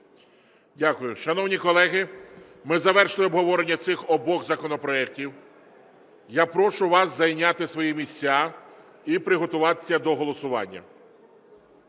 Дякую. Шановні колеги, ми завершили обговорення цих обох законопроектів. Я прошу вас зайняти свої місця і приготуватися до голосування.